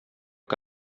que